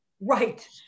Right